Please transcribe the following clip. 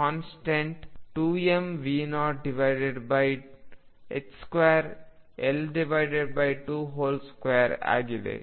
constant 2mV02L22 ಆಗಿದೆ